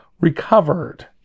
recovered